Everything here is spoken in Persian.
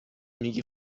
میگی